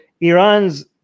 Iran's